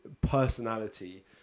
personality